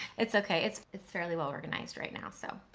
it's okay, it's it's fairly well organized right now so,